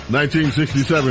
1967